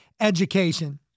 Education